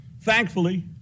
Thankfully